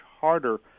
harder